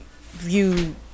view